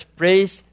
praise